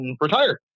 retired